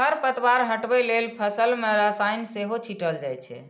खरपतवार हटबै लेल फसल मे रसायन सेहो छीटल जाए छै